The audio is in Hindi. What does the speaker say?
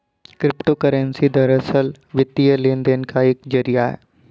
क्रिप्टो करेंसी दरअसल, वित्तीय लेन देन का एक जरिया है